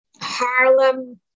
Harlem